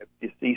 deceased